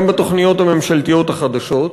גם בתוכניות הממשלתיות החדשות.